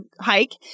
hike